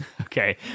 Okay